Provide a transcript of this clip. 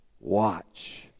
Watch